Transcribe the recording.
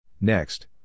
Next